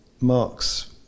Mark's